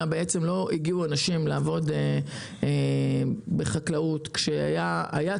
לא הגיעו אנשים לעבוד בחקלאות כשהייתה